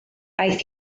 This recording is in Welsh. aeth